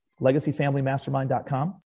Legacyfamilymastermind.com